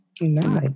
Nice